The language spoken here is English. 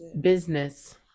business